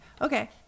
Okay